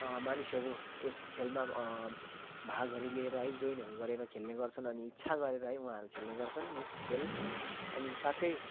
मानिसहरू यस खेलमा भागहरू लिएर है ज्वाइनहरू गरेर खेल्ने गर्छन् अनि इच्छा गरेर है उहाँहरू खेल्ने गर्छन् यस खेल अनि साथै